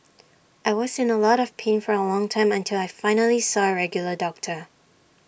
I was in A lot of pain for A long time until I finally saw A regular doctor